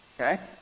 okay